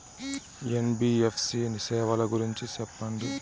NBFC సేవల గురించి సెప్పండి?